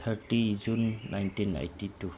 thirty June nineteen eighty two